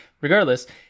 regardless